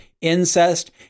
incest